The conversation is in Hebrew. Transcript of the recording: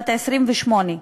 בת 28,